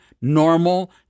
normal